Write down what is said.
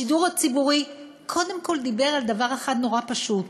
השידור הציבורי קודם כול דיבר על דבר אחד נורא פשוט: